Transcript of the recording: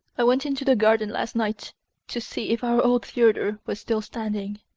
i went into the garden last night to see if our old theatre were still standing.